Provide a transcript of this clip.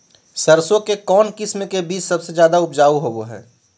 सरसों के कौन किस्म के बीच सबसे ज्यादा उपजाऊ होबो हय?